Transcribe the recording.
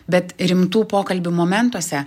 bet rimtų pokalbių momentuose